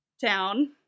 town